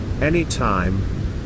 anytime